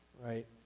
Right